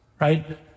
right